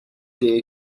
dear